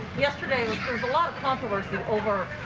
yesterday a lot of popular over